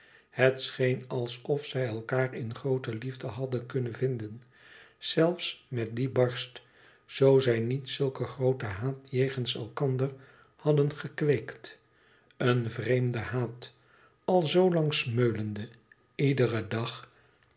het scheen alsof zij elkaâr in groote liefde hadden kunnen vinden zelfs met dien barst zoo zij niet zulken grooten haat jegens elkander hadden gekweekt een vreemde haat al zoo lang smeulende iederen dag